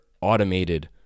automated